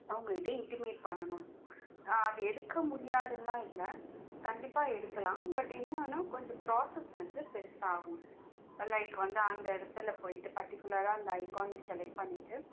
அவங்க கிட்டே இன்ட்டிமேட் பண்ணணும் அதை எடுக்க முடியாதுனெல்லாம் இல்லை கண்டிப்பாக எடுக்கலாம் பட் என்னென்னா கொஞ்சம் ப்ராஸெஸ் வந்து பெருசாக ஆகும் லைக் வந்து அந்த இடத்துல போய்விட்டு பர்ட்டிகுலராக அந்த ஐக்கானை செலக்ட் பண்ணிவிட்டு